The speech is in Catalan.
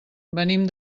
venim